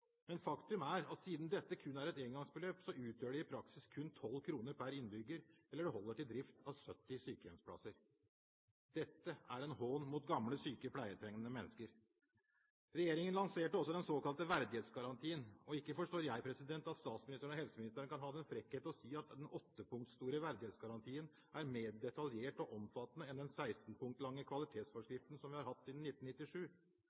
Men faktum er at siden dette kun er et engangsbeløp, utgjør det i praksis kun 12 kr per innbygger, eller det holder til drift av 70 sykehjemsplasser. Dette er en hån mot gamle, syke og pleietrengende mennesker. Regjeringen lanserte også den såkalte verdighetsgarantien. Ikke forstår jeg at statsministeren og helseministeren kan ha den frekkhet å si at den åttepunkts store verdighetsgarantien er mer detaljert og omfattende enn den sekstenpunkts lange kvalitetsforskriften, som vi har hatt siden 1997.